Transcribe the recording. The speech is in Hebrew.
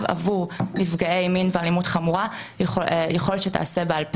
עבור נפגעי מין ואלימות חמורה יכול שתיעשה בעל פה.